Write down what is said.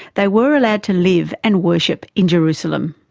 they were allowed to live and worship in jerusalem.